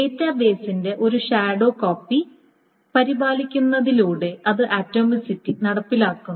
ഡാറ്റാബേസിന്റെ ഒരു shadow copy പരിപാലിക്കുന്നതിലൂടെ അത് ആറ്റോമിസിറ്റി നടപ്പിലാക്കുന്നു